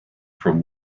from